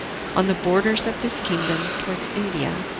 on the borders of this kingdom, towards india.